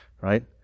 right